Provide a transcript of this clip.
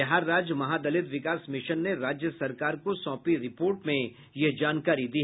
बिहार राज्य महादलित विकास मिशन ने राज्य सरकार को सौंपी रिपोर्ट में यह जानकारी दी